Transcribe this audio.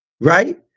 right